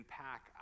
pack